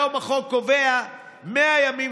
היום החוק קובע 100 ימים,